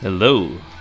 Hello